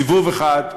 סיבוב אחד,